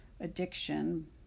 addiction